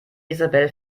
isabel